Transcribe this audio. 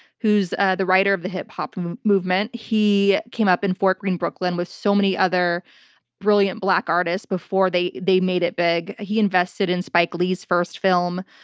who's ah a writer of the hip hop movement. he came up in fort greene, brooklyn with so many other brilliant black artists before they they made it big. he invested in spike lee's first film.